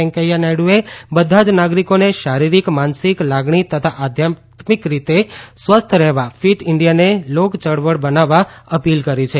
વેકૈયા નાયડુએ બધા જ નાગરીકોને શારીરીક માનસિક લાગણી તથા આધ્યાત્મિક રીતે સ્વસ્થ રહેવા ફીટ ઇન્જિયાને લોકચળવળ બનાવવા અપીલ કરી છે